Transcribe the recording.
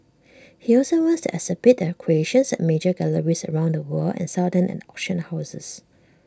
he also wants to exhibit the creations at major galleries around the world and sell them at auction houses